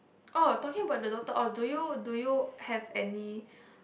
oh talking about the Doctor Oz do you do you have any